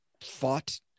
fought